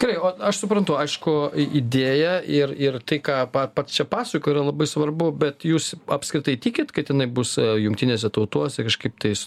gerai o aš suprantu aišku idėja ir ir tai ką pats čia pasakoji yra labai svarbu bet jūs apskritai tikit kad jinai bus jungtinėse tautose kažkaip tais